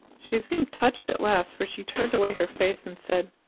she seemed touched at last, for she turned away her face and said,